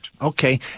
Okay